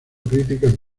críticas